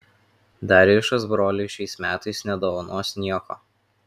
darjušas broliui šiais metais nedovanos nieko